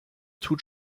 tut